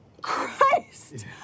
Christ